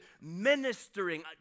ministering